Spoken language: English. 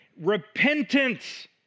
repentance